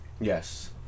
Yes